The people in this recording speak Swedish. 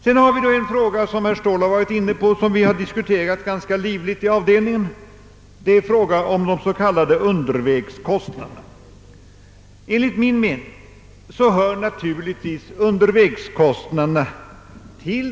Sedan är det en annan fråga som herr Ståhl också varit inne på och som har diskuterats ganska livligt i avdelningen, nämligen frågan om de s.k. undervägskostnaderna.